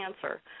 cancer